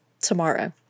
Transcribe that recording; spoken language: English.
tomorrow